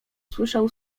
słyszał